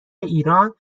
ایران